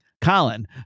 Colin